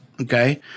okay